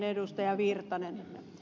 erkki virtanen